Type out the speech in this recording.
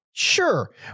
Sure